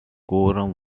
quorum